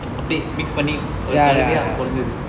அப்டே:apde mix பண்ணி ஒரு கலவையா பொறந்தது:panni oru kalavaiya poranthathu